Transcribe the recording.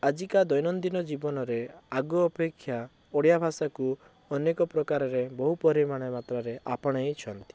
ଆଜିକା ଦୈନନ୍ଦିନ ଜୀବନରେ ଆଗ ଅପେକ୍ଷା ଓଡ଼ିଆ ଭାଷାକୁ ଅନେକ ପ୍ରକାରରେ ବହୁପରିମାଣ ମାତ୍ରାରେ ଆପଣାଇଛନ୍ତି